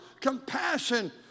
compassion